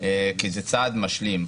כי זה צעד משלים.